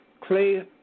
Clay